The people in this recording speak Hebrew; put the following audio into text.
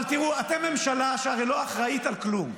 אבל תראו, אתם ממשלה שהרי לא אחראית על כלום.